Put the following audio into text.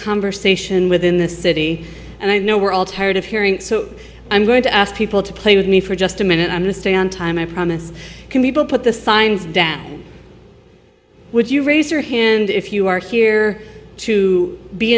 conversation within the city and i know we're all tired of hearing so i'm going to ask people to play with me for just a minute i'm going to stay on time i promise can people put the signs down would you raise your hand if you are here to be